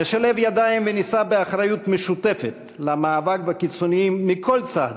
נשלב ידיים ונישא באחריות משותפת למאבק בקיצוניים מכל צד,